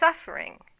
suffering